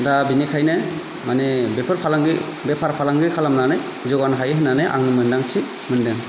दा बिनिखायनो माने बेफोर फालांगि बेफार फालांगि खालामनानै जौगानो हायो होननानै आङो मोन्दांथि मोन्दों